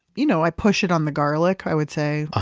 you know i push it on the garlic, i would say, ah